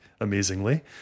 amazingly